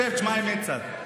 שב, תשמע אמת קצת.